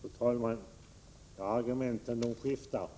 Fru talman! Argumenten skiftar.